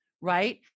right